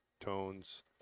tones